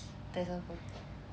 test apa